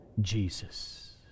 Jesus